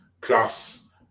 plus